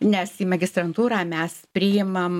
nes į magistrantūrą mes priimam